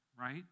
Right